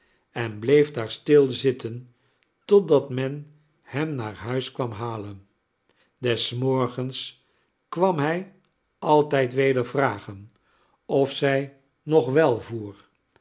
en bleef daar stil zitten totdat men hem naar huis kwam halen des morgens kwam hij altijd weder vragen of zij nog welvoer